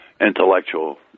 intellectual